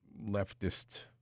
leftist